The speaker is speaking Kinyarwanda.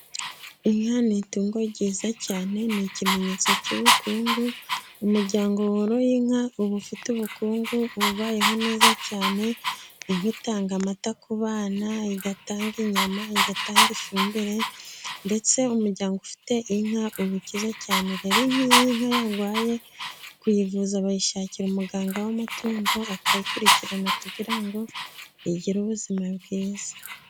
Inka ni itungo ryiza cyane ni ikimenyetso cy'ubukungu, umuryango woroye inka uba ufite ubukungu, uba ubayeho neza cyane, inka itanga amata ku bana, igatanga inyama, igatanga ifumbire, ndetse umuryango ufite inka uba ukize cyane, rero nk'iyo inka yarwaye, kuyivuza bayishakira umuganga w'amatungo akayikurikirana kugira ngo igire ubuzima bwiza.